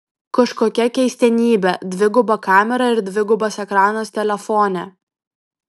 kažkokia keistenybė dviguba kamera ir dvigubas ekranas telefone